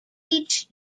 each